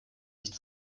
nicht